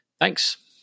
Thanks